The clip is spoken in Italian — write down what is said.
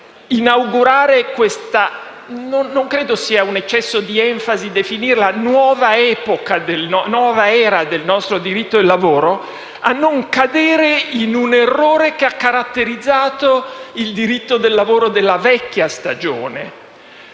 nell'inaugurare questa che non credo sia un eccesso di enfasi definire "nuova era del nostro diritto del lavoro", a non cadere in un errore che ha caratterizzato il diritto del lavoro della vecchia stagione.